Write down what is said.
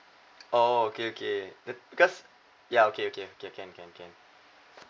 oh okay okay but because ya okay okay okay can can can